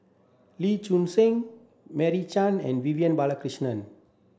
Lee Choon Seng Meira Chand and Vivian Balakrishnan